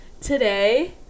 Today